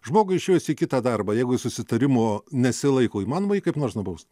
žmogui išėjus į kitą darbą jeigu susitarimo nesilaiko įmanoma jį kaip nors nubaust